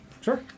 Sure